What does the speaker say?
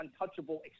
untouchable